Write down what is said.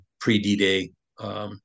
pre-D-Day